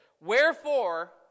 Wherefore